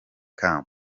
kamba